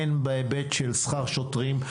הן בהיבט של שכר שוטרים,